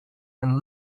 and